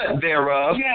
thereof